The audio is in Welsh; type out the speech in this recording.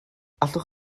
allwch